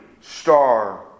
star